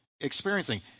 experiencing